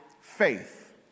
faith